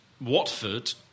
Watford